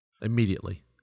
Immediately